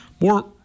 More